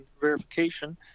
verification